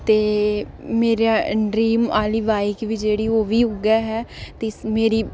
ते मेरी ड्रीम आह्ली बाईक बी जेह्ड़ी ते ओह्बी उ'ऐ ऐ ते मेरी